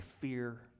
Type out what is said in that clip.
fear